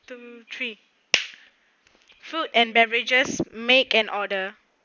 two three food and beverages make an order